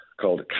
called